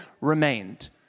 remained